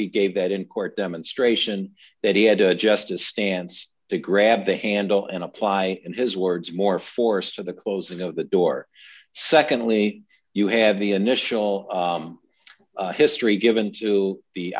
he gave that in court demonstration that he had to adjust his stance to grab the handle and apply in his words more force to the closing of the door secondly you have the initial history given to the